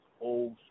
old